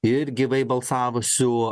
ir gyvai balsavusių